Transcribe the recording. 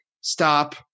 stop